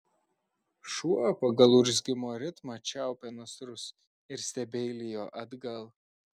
šuo pagal urzgimo ritmą čiaupė nasrus ir stebeilijo atgal